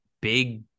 big